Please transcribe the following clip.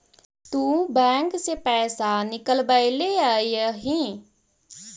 तु बैंक से पइसा निकलबएले अइअहिं